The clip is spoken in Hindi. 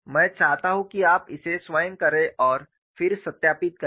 मैं चाहता हूं कि आप इसे स्वयं करें और फिर सत्यापित करें